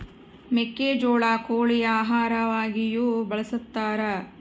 ಮೆಕ್ಕೆಜೋಳ ಕೋಳಿ ಆಹಾರವಾಗಿಯೂ ಬಳಸತಾರ